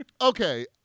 Okay